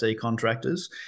contractors